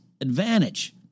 advantage